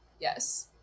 Yes